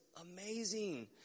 amazing